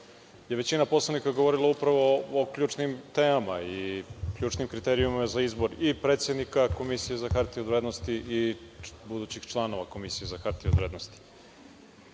većina poslanika govorila upravo o ključnim temama i ključnim kriterijumima za izbor i predsednika Komisije za hartije od vrednosti i budućih članova Komisije za hartije od vrednosti. Veliki